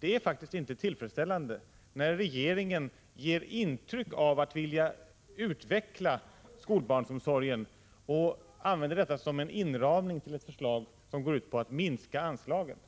Det är faktiskt inte tillfredsställande när regeringen ger intryck av att vilja utveckla skolbarnsomsorgen och använder detta som en inramning till ett förslag som går ut på att minska anslaget.